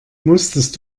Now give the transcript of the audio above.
musstest